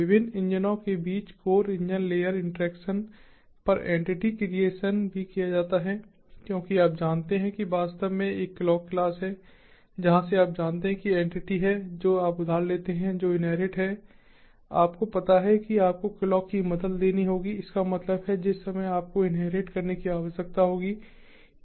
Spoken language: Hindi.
विभिन्न इंजनों के बीच कोर इंजन लेयर इंटरेक्शन पर एंटिटी क्रिएशन भी किया जाता है क्योंकि आप जानते हैं कि वास्तव में एक क्लॉक क्लास है जहाँ से आप जानते हैं कि एंटिटी हैं जो आप उधार लेते हैं जो इन्हेरिट है आपको पता है कि आपको क्लॉक की मदद लेनी होगी इसका मतलब है जिस समय आपको इन्हेरिट करने की आवश्यकता होगी